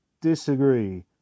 Disagree